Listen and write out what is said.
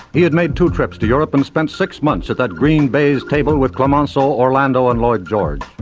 he had made two trips to europe and spent six months at that green baize table with clemenceau, orlando and lloyd george.